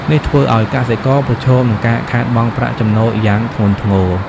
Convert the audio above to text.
នេះធ្វើឲ្យកសិករប្រឈមនឹងការខាតបង់ប្រាក់ចំណូលយ៉ាងធ្ងន់ធ្ងរ។